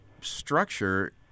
structure